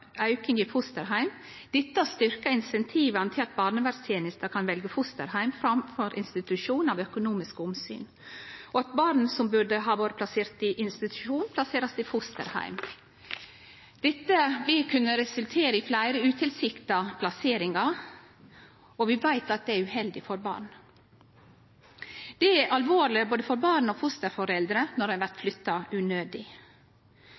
auking i fosterheimar. Dette styrkjer incentiva til at barnevernstenesta kan velje fosterheim framfor institusjon av økonomiske omsyn, og at barn som burde ha vore plasserte i institusjon, blir plasserte i fosterheim. Dette vil kunne resultere i fleire utilsikta plasseringar, og vi veit at det er uheldig for barn. Det er alvorleg både for barn og fosterforeldre når ein